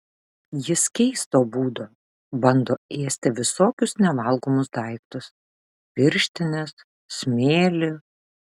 jis keisto būdo bando ėsti visokius nevalgomus daiktus pirštines smėlį